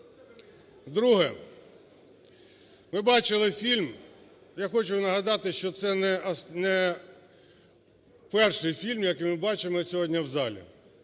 Друге. Ми бачили фільм. Я хочу нагадати, що це не перший фільм, який ми бачимо сьогодні в залі.